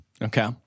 Okay